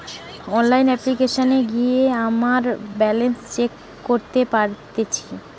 online অপ্লিকেশনে গিয়ে আমরা ব্যালান্স চেক করতে পারতেচ্ছি